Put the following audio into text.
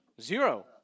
Zero